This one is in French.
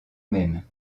même